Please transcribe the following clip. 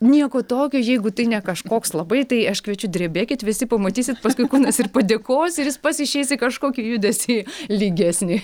nieko tokio jeigu tai ne kažkoks labai tai aš kviečiu drebėkit visi pamatysit paskui kūnas ir padėkos ir jis pats išeis į kažkokį judesį lygesnį